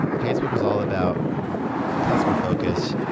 facebook was all about customer focus,